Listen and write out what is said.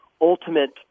ultimate